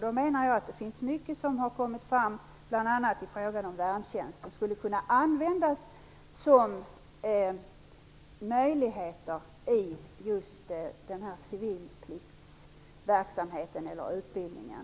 Det har kommit fram mycket, bl.a. i frågan om värntjänst, som skulle vara möjligt att använda i just civilpliktsutbildningen.